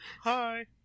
Hi